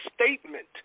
statement